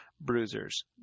bruisers